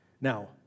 Now